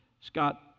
Scott